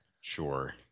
Sure